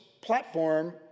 platform